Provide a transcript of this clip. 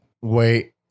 Wait